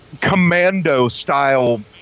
commando-style